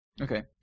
Okay